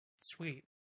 sweet